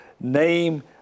name